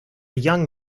young